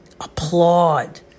Applaud